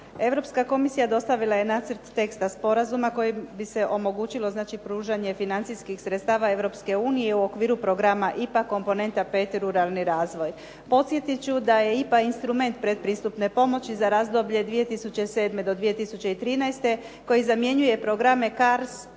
Europska komisija dostavila je nacrt teksta sporazuma kojim bi se omogućilo znači pružanje financijskih sredstava Europske unije u okviru programa IPA komponenta pet ruralni razvoj. Podsjetit ću da je IPA instrument pretpristupne pomoći za razdoblje 2007. do 2013. koji zamjenjuje programe CARDS,